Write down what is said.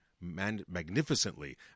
magnificently